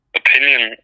opinion